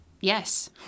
yes